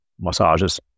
massages